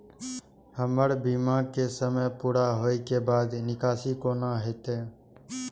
हमर बीमा के समय पुरा होय के बाद निकासी कोना हेतै?